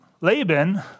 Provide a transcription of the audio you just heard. Laban